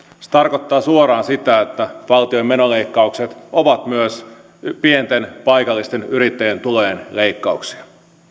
se tarkoittaa suoraan sitä että valtion menoleikkaukset ovat myös pienten paikallisten yrittäjien tulojen leikkauksia